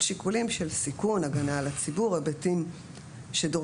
על שיקולים של סיכון; הגנה על הציבור; היבטים שדורשים,